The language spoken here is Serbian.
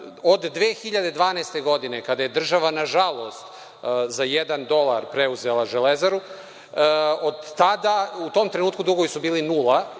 od 2012. godine kada je država nažalost za jedan dolar preuzela „Železaru“ u tom trenutku dugovi su bili nula